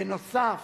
בנוסף,